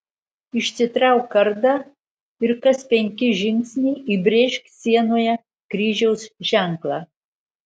išsitrauk kardą ir kas penki žingsniai įbrėžk sienoje kryžiaus ženklą